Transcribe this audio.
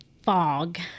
fog